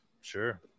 Sure